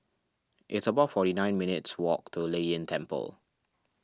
it's about forty nine minutes' walk to Lei Yin Temple